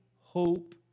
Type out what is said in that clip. hope